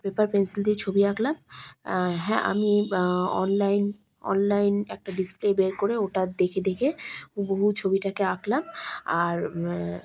paper pencil দিয়ে ছবি আঁকলাম হ্যাঁ আমি অনলাইন অনলাইন একটা ডিসপ্লে বের করে ওটা দেখে দেখে হুবহু ছবিটাকে আঁকলাম আর